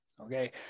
okay